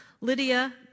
Lydia